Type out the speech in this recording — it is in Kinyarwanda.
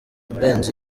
murenzi